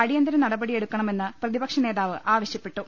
അടിയന്തിര നടപടി എടുക്കണമെന്ന് പ്രതിപക്ഷനേതാവ് ആവശ്യപ്പെട്ടു